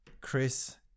chris